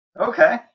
Okay